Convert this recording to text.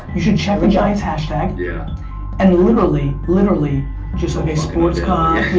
you should check the giants hashtag yeah and literally, literally just okays sports content